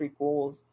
prequels